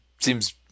Seems